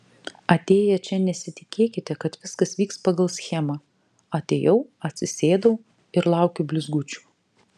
atėję čia nesitikėkite kad viskas vyks pagal schemą atėjau atsisėdau ir laukiu blizgučių